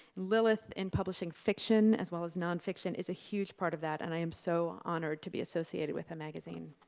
lilith, in publishing fiction as well as nonfiction, is a huge part of that, and i am so honored to be associated with the magazine.